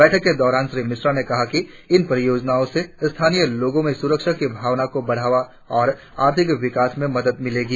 बैठक के दोरान श्री मिश्रा ने कहा कि इन परियोजनाओ से स्थानीय लोगो में सुरक्षा की भावना को बढ़ाने और आर्थिक विकास में मदद मिलेगी